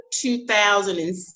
2007